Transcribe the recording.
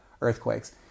earthquakes